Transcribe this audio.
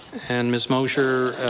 and ms. mosher,